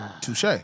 Touche